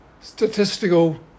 statistical